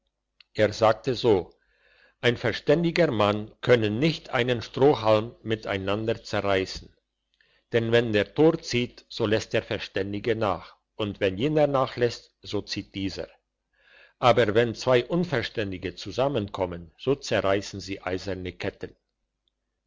er sagte so ein verständiger mann und ein törichter mann können nicht einen strohhalm mit einander zerreissen denn wenn der tor zieht so lässt der verständige nach und wenn jener nachlässt so zieht dieser aber wenn zwei unverständige zusammenkommen so zerreissen sie eiserne ketten